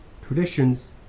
traditions